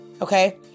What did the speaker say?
Okay